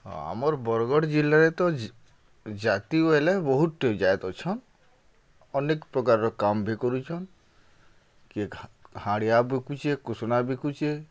ହଁ ଆମର୍ ବର୍ଗଡ଼୍ ଜିଲ୍ଲାରେ ତ ଜାତି ହେଲେ ବହୁତ୍ ଟେ ଜାଏତ୍ ଅଛନ୍ ଅନେକ୍ ପ୍ରକାରର୍ କାମ୍ ବି କରୁଛନ୍ କିଏ ହାଣିଆ ବିକୁଚେ କୁସ୍ନା ବିକୁଚେ